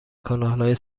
کانالهای